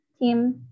team